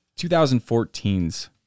2014's